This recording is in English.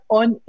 on